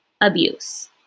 abuse